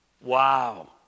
Wow